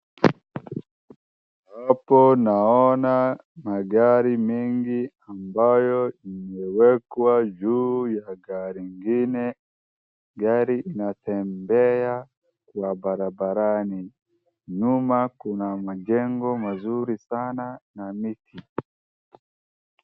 Hapo naona magari mengi ambayo imewekwa juu ya gari ingine, gari inatembea kwa barabarani. Nyuma kuna majengo mazuri sana na miti.